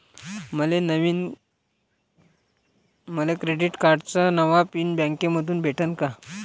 मले क्रेडिट कार्डाचा नवा पिन बँकेमंधून भेटन का?